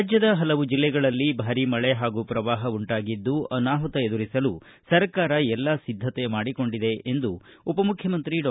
ರಾಜ್ಡದ ಪಲವು ಜಿಲ್ಲೆಗಳಲ್ಲಿ ಭಾರೀ ಮಳೆ ಹಾಗೂ ಪ್ರವಾಹ ಉಂಟಾಗಿದ್ದು ಅನಾಮತ ಎದುರಿಸಲು ಸರ್ಕಾರ ಎಲ್ಲಾ ಸಿದ್ದತೆ ಮಾಡಿಕೊಂಡಿದೆ ಎಂದು ಉಪ ಮುಖ್ಯಮಂತ್ರಿ ಡಾ